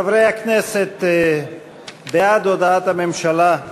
חברי הכנסת, בעד הודעת הממשלה,